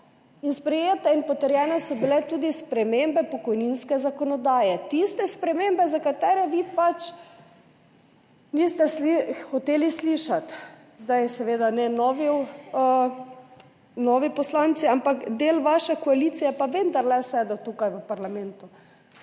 In sprejete in potrjene so bile tudi spremembe pokojninske zakonodaje. Tiste spremembe, za katere vi pač niste hoteli slišati. Zdaj seveda ne novi poslanci, ampak del vaše koalicije je pa vendarle sedel tukaj v parlamentu